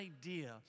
idea